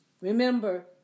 remember